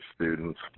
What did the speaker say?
students